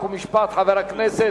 חוק ומשפט,